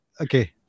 Okay